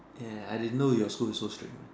ya I didn't know your school is so strict what